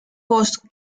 post